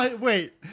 Wait